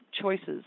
choices